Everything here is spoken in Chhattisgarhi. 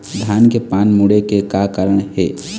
धान के पान मुड़े के कारण का हे?